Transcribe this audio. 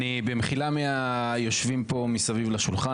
במחילה מהיושבים פה מסביב לשולחן,